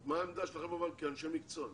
אבל מה העמדה שלכם כאנשי מקצוע?